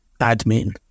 admin